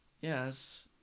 Yes